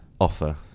offer